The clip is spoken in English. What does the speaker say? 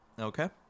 Okay